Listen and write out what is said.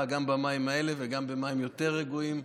גם במים האלה וגם במים יותר רגועים,